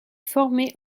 formée